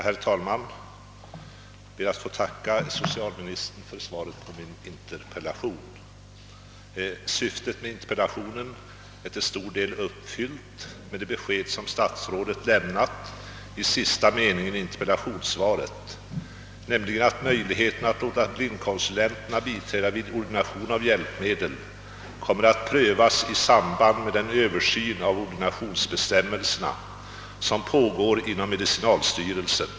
Herr talman! Jag ber att få tacka socialministern för svaret på min interpellation. Syftet med interpellationen är till stor del uppfyllt genom det besked som statsrådet lämnat i sista meningen i inter pellationssvaret, nämligen att möjligheterna att låta blindkonsulenterna biträda vid ordination av hjälpmedel kommer att prövas i samband med den översyn av ordinationsbestämmelserna som pågår inom medicinalstyrelsen.